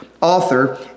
author